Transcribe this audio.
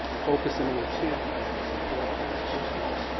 focus and the intent that is important to this district,